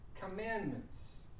commandments